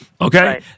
Okay